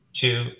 Two